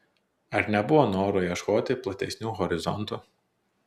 ar nebuvo noro ieškoti platesnių horizontų